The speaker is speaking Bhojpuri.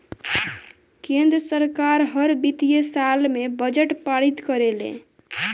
केंद्र सरकार हर वित्तीय साल में बजट पारित करेले